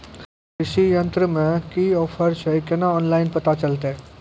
कृषि यंत्र मे की ऑफर छै केना ऑनलाइन पता चलतै?